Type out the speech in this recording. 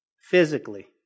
Physically